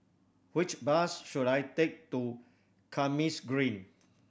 which bus should I take to Kismis Green